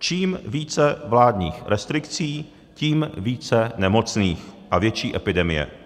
Čím více vládních restrikcí, tím více nemocných a větší epidemie.